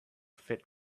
fit